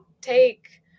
take